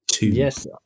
Yes